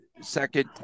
second